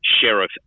Sheriff